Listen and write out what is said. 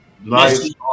Nice